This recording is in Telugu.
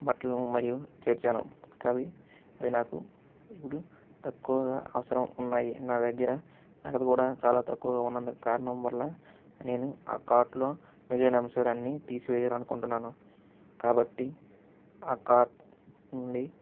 బట్టలను మరియు చేర్చాను కావి అవి నాకు ఇప్పుడు తక్కువగా అవసరం ఉన్నాయి నా దగ్గర నగదు కూడా చాలా తక్కువగా ఉన్నందు కారణం వల్ల నేను ఆ కార్ట్లో మిగిలిన అంశాలన్ని తీసివేయాలనుకుంటున్నాను కాబట్టి ఆ కార్ట్ నుండి